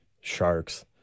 Sharks